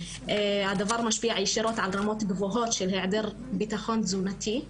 הדבר משפיע ישירות על רמות גבוהות של היעדר ביטחון תזונתי,